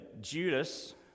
Judas